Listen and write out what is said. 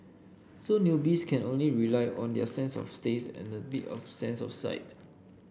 so newbies can only rely on their sense of taste and a bit of sense of sight